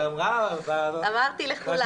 אמרתי לכולם.